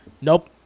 Nope